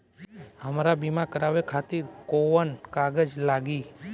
हमरा बीमा करावे खातिर कोवन कागज लागी?